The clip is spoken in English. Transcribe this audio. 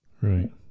Right